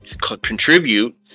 contribute